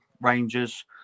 Rangers